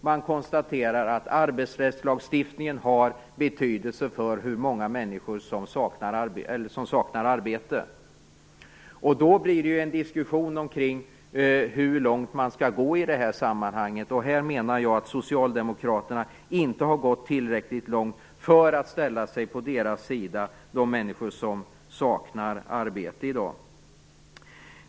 Man konstaterar alltså att arbetsrättslagstiftningen har betydelse för hur många människor som saknar arbete. Då blir det en diskussion om hur långt man skall gå i det här sammanhanget. Jag menar att socialdemokraterna inte har gått tillräckligt långt för att ställa sig på de människornas sida som saknar arbete i dag.